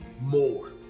more